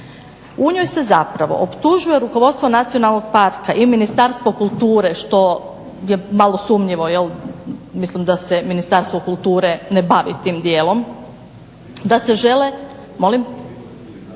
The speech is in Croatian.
U njoj se zapravo optužuje vodstvo Nacionalnog parka i Ministarstvo kulture što je malo sumnjivo, mislim da se Ministarstvo kulture ne bavi tim dijelom, onda ipak je dobro